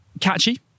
catchy